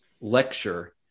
lecture